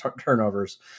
turnovers